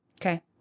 Okay